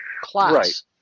class